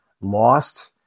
lost